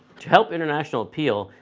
to help international appeal,